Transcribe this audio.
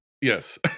Yes